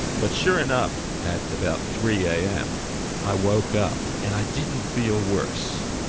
but sure enough at about three am i woke up and i didn't feel worse,